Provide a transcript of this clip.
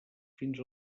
fins